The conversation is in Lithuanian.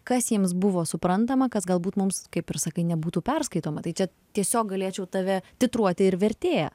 kas jiems buvo suprantama kas galbūt mums kaip ir sakai nebūtų perskaitoma tai čia tiesiog galėčiau tave titruoti ir vertėja